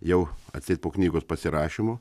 jau atseit po knygos pasirašymo